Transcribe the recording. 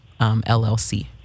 LLC